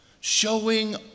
Showing